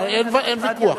אין ויכוח,